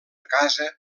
casa